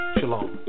Shalom